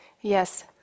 Yes